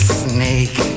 snake